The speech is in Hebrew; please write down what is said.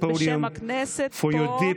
הסימולטני: היושב-ראש,